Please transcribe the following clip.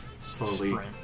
slowly